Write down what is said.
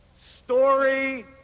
story